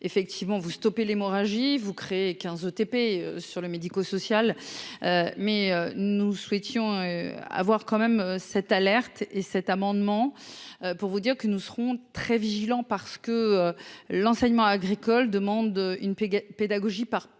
effectivement vous stopper l'hémorragie, vous créez 15 ETP sur le médico-social mais nous souhaitions avoir quand même cette alerte et cet amendement pour vous dire que nous serons très vigilants parce que l'enseignement agricole demande une pédagogie par petits